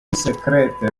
sekrete